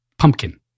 Pumpkin